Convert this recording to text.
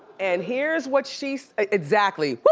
and here's what she exactly, wooh!